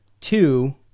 two